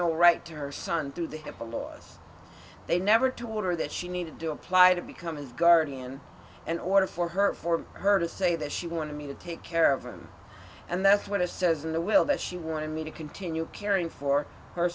no right to her son through the hipaa laws they never told her that she needed to apply to become his guardian an order for her for her to say that she wanted me to take care of him and that's what it says in the will that she wanted me to continue caring for her